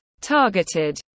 targeted